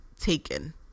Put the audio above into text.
taken